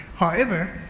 however,